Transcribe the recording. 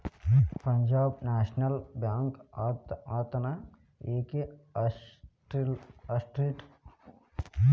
Punjab national bank ಅಂತನ ಯಾಕ್ ಹೆಸ್ರಿಟ್ರು?